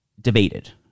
debated